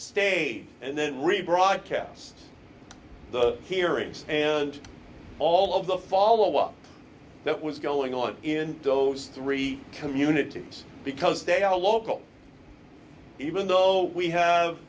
stayed and then rebroadcast the hearings and all of the follow up that was going on in those three communities because they are local even though we have